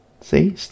See